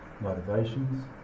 motivations